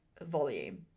volume